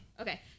Okay